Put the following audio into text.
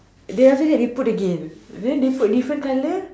then after that they put again then put different colour